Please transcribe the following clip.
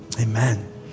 Amen